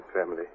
family